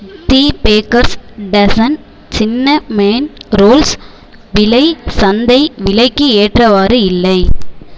தி bakers dozen cinnamon rolls விலை சந்தை விலைக்கு ஏற்றவாறு இல்லை